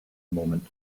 moment